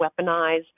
weaponize